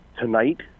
tonight